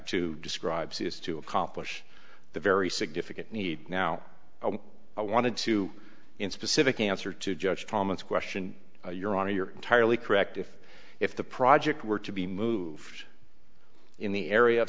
two describes is to accomplish the very significant need now i wanted to in specific answer to judge thomas question your honor you're entirely correct if if the project were to be moved in the area of